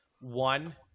one